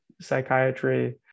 psychiatry